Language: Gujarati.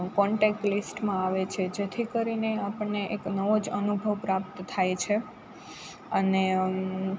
કોન્ટેક લિસ્ટમાં આવે છે જેથી કરીને આપણને એક નવોજ અનુભવ પ્રાપ્ત થાય છે અને